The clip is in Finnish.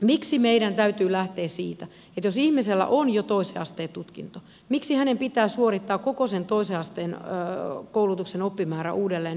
miksi meidän täytyy lähteä siitä että jos ihmisellä on jo toisen asteen tutkinto niin hänen pitää suorittaa koko sen toisen asteen koulutuksen oppimäärä uudelleen yleissivistävältä osalta